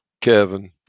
Kevin